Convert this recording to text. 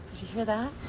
hear that?